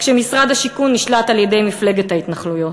כשמשרד השיכון נשלט על-ידי מפלגת ההתנחלויות.